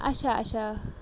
اچھا اچھا